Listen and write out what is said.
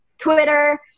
Twitter